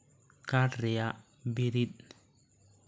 ᱠᱟᱴᱷ ᱨᱮᱭᱟᱜ ᱵᱤᱨᱤᱫ